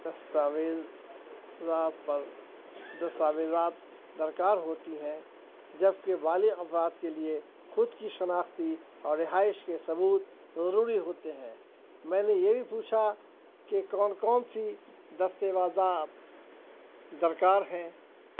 دستاویز پر دستاویزات درکار ہوتی ہیں جبکہ بالغ افراد کے لیے خود کی شناختی اور رہائش کے ثبوت ضروری ہوتے ہیں میں نے یہ بھی پوچھا کہ کون کون سی دستاویزات درکار ہیں